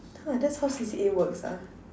!huh! that's how C_C_A works ah